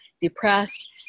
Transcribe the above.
depressed